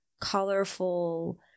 colorful